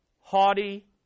Haughty